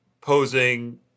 posing